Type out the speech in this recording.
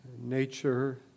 nature